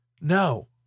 No